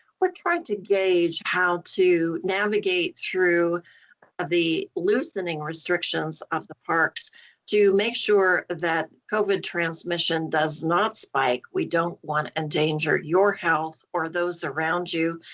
we're trying to gauge how to navigate through the loosening restrictions of the parks to make sure that covid transmission does not spike. we don't want to endanger your health or those around you.